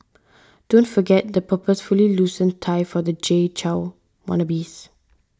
don't forget the purposefully loosened tie for the Jay Chou wannabes